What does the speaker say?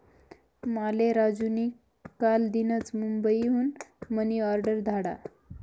माले राजू नी कालदीनच मुंबई हुन मनी ऑर्डर धाडा